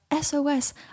SOS